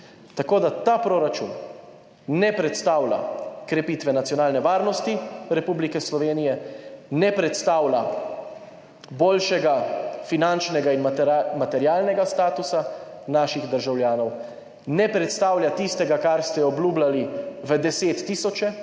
Tako da ta proračun ne predstavlja krepitve nacionalne varnosti Republike Slovenije, ne predstavlja boljšega finančnega in materialnega statusa naših državljanov, ne predstavlja tistega, kar ste obljubljali v desettisoče,